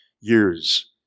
years